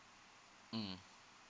mm